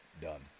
done